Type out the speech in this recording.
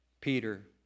Peter